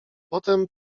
potem